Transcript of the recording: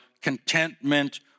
contentment